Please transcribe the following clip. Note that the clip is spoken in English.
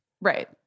Right